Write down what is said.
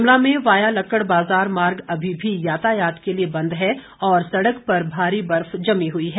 शिमला में वाया लक्कड़ बाज़ार मार्ग अभी भी यातायात के लिए बंद है और सड़क पर भारी बर्फ जमी हुई है